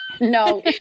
No